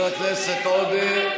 חבר הכנסת עודה.